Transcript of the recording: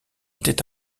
était